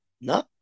no